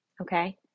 okay